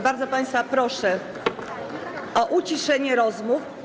Bardzo państwa proszę o uciszenie rozmów.